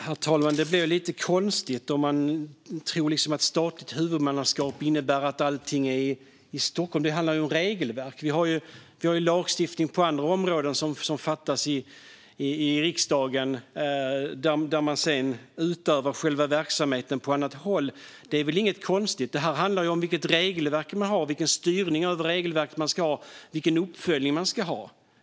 Herr talman! Det blir lite konstigt om man tror att statligt huvudmannaskap innebär att allting ska finnas i Stockholm. Det handlar ju om regelverken. Vi har ju lagstiftning på andra områden som beslutas i riksdagen och där själva verksamheten sedan utövas på annat håll. Det är väl inget konstigt. Det handlar om vilket regelverk man har och vilken styrning och uppföljning man ska ha när det gäller regelverken.